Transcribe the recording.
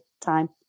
time